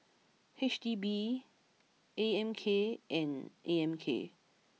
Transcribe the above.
H D B A M K and A M K